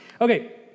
Okay